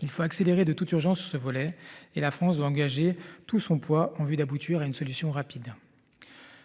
Il faut accélérer de toute urgence ce volet et la France va engager tout son poids en vue d'aboutir à une solution rapide hein.